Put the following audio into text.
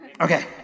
Okay